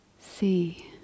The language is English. See